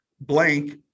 Blank